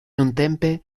nuntempe